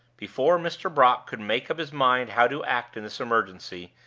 before mr. brock could make up his mind how to act in this emergency,